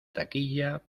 taquilla